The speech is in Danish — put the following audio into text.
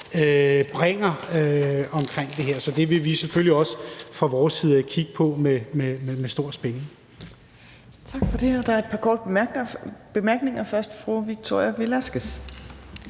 bringer omkring det her. Så det vil vi selvfølgelig også fra vores side kigge på med stor spænding.